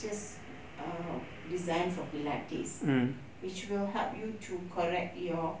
just uh designed for pilates which will help you to correct your